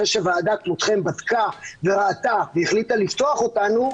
אחרי שוועדה כמותכם בדקה וראתה והחליטה לפתוח אותנו,